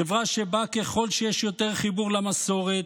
חברה שבה ככל שיש יותר חיבור למסורת,